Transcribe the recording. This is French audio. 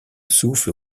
souffle